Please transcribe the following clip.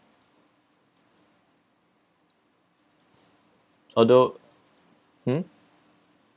although hmm